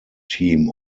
team